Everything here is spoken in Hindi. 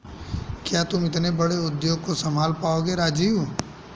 क्या तुम इतने बड़े उद्योग को संभाल पाओगे राजीव?